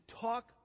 talk